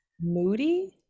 Moody